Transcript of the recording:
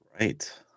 Right